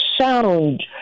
sound